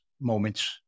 moments